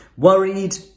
Worried